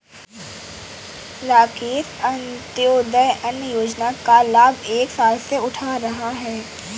राकेश अंत्योदय अन्न योजना का लाभ एक साल से उठा रहा है